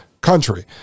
country